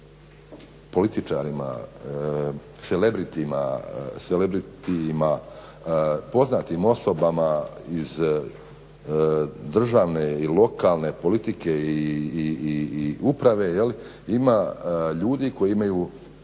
celebritima, celebritima poznatim osobama iz državne i lokalne politike i uprave ima ljudi koji imaju